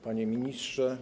Panie Ministrze!